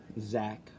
Zach